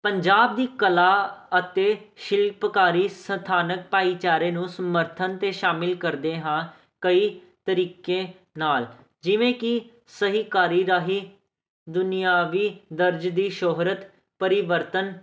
ਪੰਜਾਬ ਦੀ ਕਲਾ ਅਤੇ ਸ਼ਿਲਪਕਾਰੀ ਸਥਾਨਕ ਭਾਈਚਾਰੇ ਨੂੰ ਸਮਰਥਨ ਅਤੇ ਸ਼ਾਮਿਲ ਕਰਦੇ ਹਾਂ ਕਈ ਤਰੀਕੇ ਨਾਲ ਜਿਵੇਂ ਕਿ ਸਹਿਕਾਰੀ ਰਾਹੀਂ ਦੁਨਿਆਵੀ ਦਰਜ਼ ਦੀ ਸ਼ੋਹਰਤ ਪਰਿਵਰਤਨ